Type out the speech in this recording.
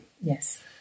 Yes